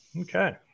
Okay